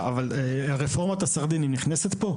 רפורמת הסרדינים נכנסת כאן?